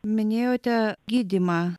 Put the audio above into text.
minėjote gydymą